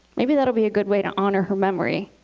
maybe that would be a good way to honor her memory.